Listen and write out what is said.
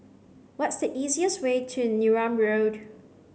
what's the easiest way to Neram Road